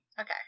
Okay